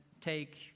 take